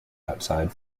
outside